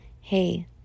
hey